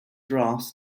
draughts